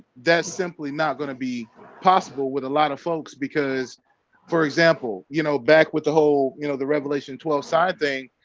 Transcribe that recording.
that's simply not going to be possible with a lot of folks because for example, you know back with the whole, you know the revelation twelve side thing.